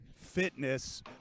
Fitness